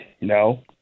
No